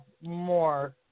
more